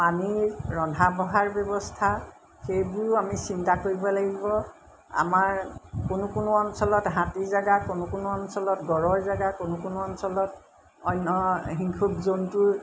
পানীৰ ৰন্ধা বঢ়াৰ ব্যৱস্থা সেইবোৰো আমি চিন্তা কৰিব লাগিব আমাৰ কোনো কোনো অঞ্চলত হাতী জেগা কোনো কোনো অঞ্চলত গড়ৰ জেগা কোনো কোনো অঞ্চলত অন্য হিংসুক জন্তুৰ